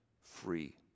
free